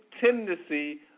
tendency